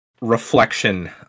reflection